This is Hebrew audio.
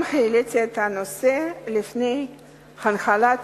גם העליתי את הנושא לפני הנהלת